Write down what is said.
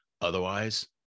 Otherwise